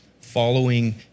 following